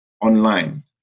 online